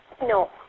No